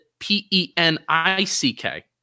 P-E-N-I-C-K